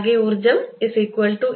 ആകെ ഊർജ്ജംdt S